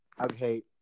Okay